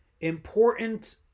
Important